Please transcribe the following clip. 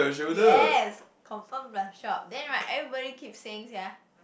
yes confirm plus chop then right everybody keep saying sia